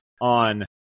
on